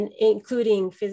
including